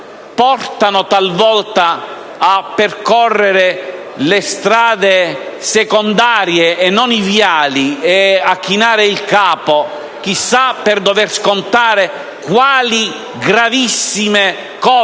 portano talvolta a percorrere le strade secondarie e non i viali e a chinare il capo, chissaper dover scontare quali gravissime colpe.